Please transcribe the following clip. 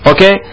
Okay